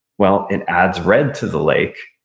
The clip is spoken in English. well, it adds red to the lake,